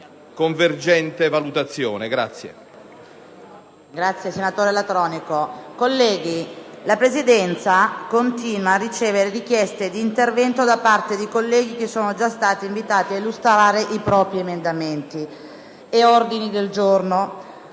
la Presidenza continua a ricevere richieste di intervento da parte di colleghi che sono già stati invitati ad illustrare i propri emendamenti e ordini del giorno.